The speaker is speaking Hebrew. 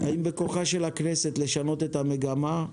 האם בכוחה של הכנסת לשנות את המגמה?